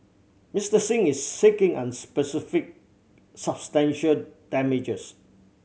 Mister Singh is seeking unspecified substantial damages